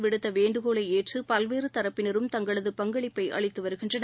திரு விடுத்தவேண்டுகோளைஏற்றுபல்வேறுதரப்பினரும் தங்களது பங்களிப்பைஅளித்துவருகின்றனர்